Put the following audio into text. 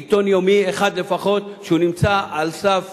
עיתון יומי אחד לפחות שנמצא על סף